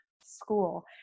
school